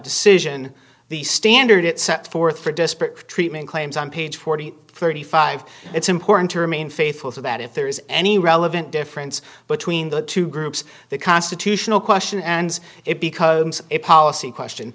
decision the standard it set forth for disparate treatment claims on page four thousand and thirty five it's important to remain faithful to that if there is any relevant difference between the two groups the constitutional question and it because a policy question